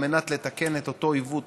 על מנת לתקן את אותו עיוות,